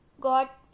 got